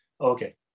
Okay